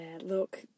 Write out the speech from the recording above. look